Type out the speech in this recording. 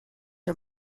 are